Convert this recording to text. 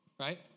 Right